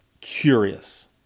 curious